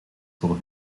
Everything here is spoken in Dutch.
voor